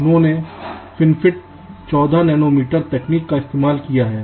उन्होंने FinFET 14 nanometre तकनीक का इस्तेमाल किया है